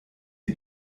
die